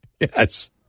Yes